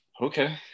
Okay